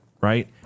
right